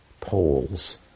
poles